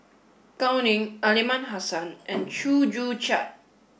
Gao Ning Aliman Hassan and Chew Joo Chiat